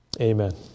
Amen